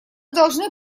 должны